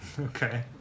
Okay